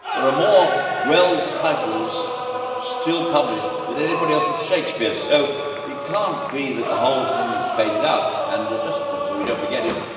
there are more wells titles still published than anybody else but shakespeare. so it can't be that the whole thing has faded out. and just so we don't forget it,